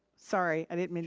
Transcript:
sorry, i didn't